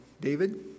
David